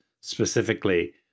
specifically